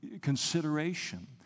consideration